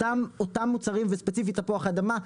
אותם מוצרים וספציפית תפוח אדמה,